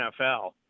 NFL